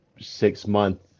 six-month